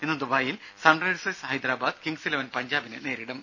ഇന്ന് ദുബായിൽ Sunrisers Hyderabad Kings eleven പഞ്ചാബിനെ നേരിടും